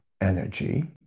energy